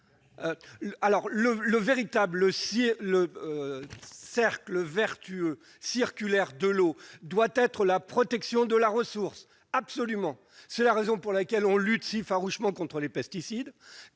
? Le véritable cercle vertueux et circulaire de l'eau doit être la protection de la ressource. C'est la raison pour laquelle nous luttons farouchement contre les pesticides